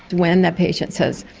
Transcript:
when the patient says,